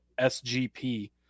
SGP